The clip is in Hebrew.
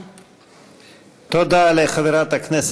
תודה רבה, אדוני.